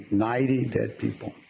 ninety dead people.